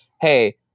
hey